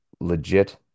legit